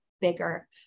bigger